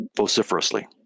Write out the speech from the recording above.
vociferously